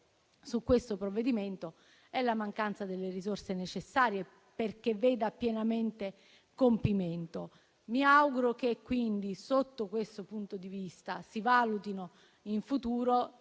in questo provvedimento è la mancanza delle risorse necessarie, perché veda pienamente compimento. Mi auguro che da questo punto di vista si valutino in futuro